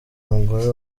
mugore